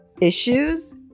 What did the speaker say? issues